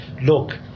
look